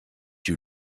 you